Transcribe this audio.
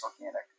organic